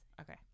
okay